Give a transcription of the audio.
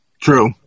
True